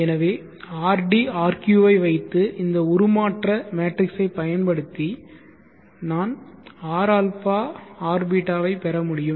எனவே rd rq ஐ வைத்து இந்த உருமாற்ற மேட்ரிக்ஸைப் பயன்படுத்தி நான் rα rß ஐ பெற முடியும்